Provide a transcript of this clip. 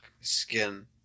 skin